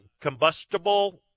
Combustible